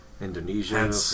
Indonesia